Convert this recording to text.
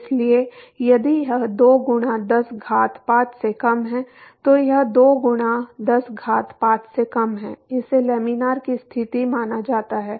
इसलिए यदि यह 2 गुणा 10 घात 5 से कम है तो यह 2 गुणा 10 घात 5 से कम है इसे लैमिनार की स्थिति माना जाता है